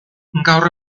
gaur